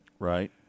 Right